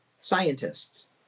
scientists